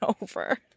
over